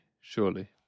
surely